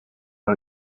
par